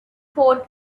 fought